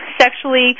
sexually